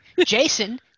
Jason